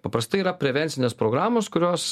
paprastai yra prevencinės programos kurios